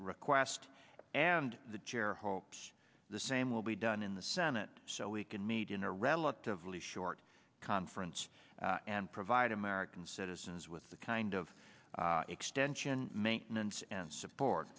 request and the chair hopes the same will be done in the senate so we can meet in a relatively short conference and provide american citizens with the kind of extension maintenance and support